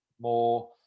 more